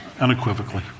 unequivocally